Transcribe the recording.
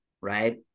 right